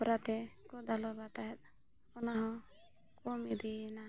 ᱠᱚᱨᱟᱛᱮ ᱠᱚ ᱫᱟᱞᱚᱵᱟ ᱛᱟᱦᱮᱸᱫ ᱚᱱᱟ ᱦᱚᱸ ᱠᱚᱢ ᱤᱫᱤᱭᱮᱱᱟ